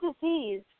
disease